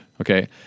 okay